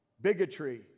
bigotry